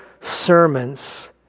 sermons